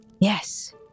Yes